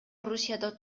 орусияда